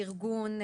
ארגון,